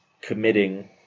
committing